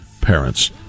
parents